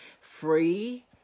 free